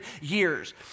years